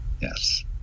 Yes